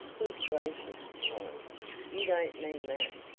good gracious, hollins you don't mean that!